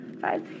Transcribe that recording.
five